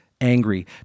angry